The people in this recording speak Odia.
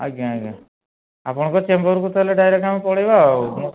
ଆଜ୍ଞା ଆଜ୍ଞା ଆପଣଙ୍କ ଚାମ୍ବର୍କୁ ତାହେଲେ ଡ଼ାଇରେକ୍ଟ୍ ପଳେଇବା ଆଉ